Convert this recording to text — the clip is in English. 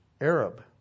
Arab